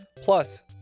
Plus